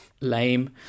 lame